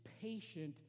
patient